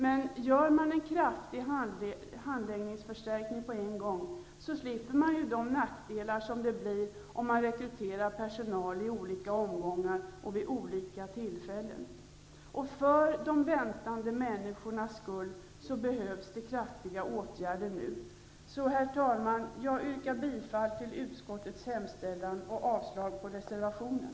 Men om man gör en kraftig förstärkning när det gäller handläggare på en gång, slipper man de nackdelar som uppstår om man rekryterar personal i olika omgångar och vid olika tillfällen. För de väntande människornas skull behövs kraftiga åtgärder nu. Herr talman! Jag yrkar bifall till utskottets hemställan och avslag på reservationen.